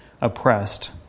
oppressed